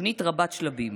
תוכנית רבת-שלבים.